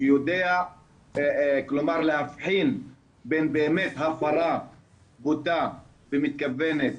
שיודע להבחין בין באמת הפרה בוטה במתכוונת,